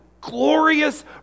glorious